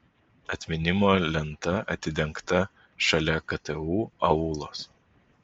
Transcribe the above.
atminimo lenta atidengta šalia ktu aulos